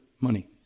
money